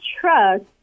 trust